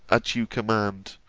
at you command,